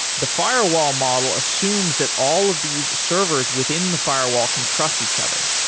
the firewall model assumes that all of these servers within the firewall can trust each other.